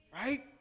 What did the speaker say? right